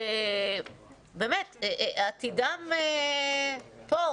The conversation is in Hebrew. שעתידם כאן.